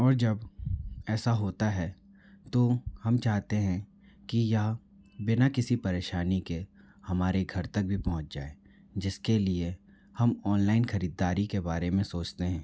और जब ऐसा होता है तो हम चाहते हैं कि यह बिना किसी परेशानी के हमारे घर तक भी पहुँच जाए जिसके लिए हम ऑनलाइन ख़रीददारी के बारे में सोचते हैं